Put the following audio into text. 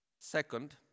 Second